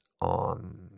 on